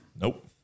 nope